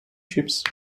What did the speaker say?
ships